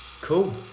Cool